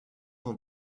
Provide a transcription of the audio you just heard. dans